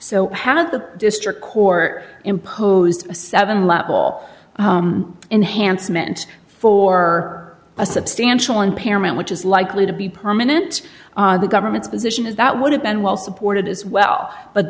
so have the district court imposed a seven level enhancement for a substantial impairment which is likely to be permanent the government's position is that would have been well supported as well but